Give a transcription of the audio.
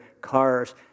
cars